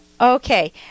Okay